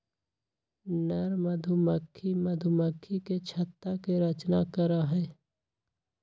नर मधुमक्खी मधुमक्खी के छत्ता के रचना करा हई